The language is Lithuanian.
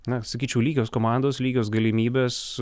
na sakyčiau lygios komandos lygios galimybės